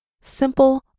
simple